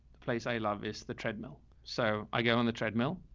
the place i love is the treadmill. so i go on the treadmill.